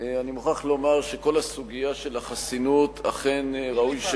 אני מוכרח לומר שכל הסוגיה של החסינות, אכן ראוי,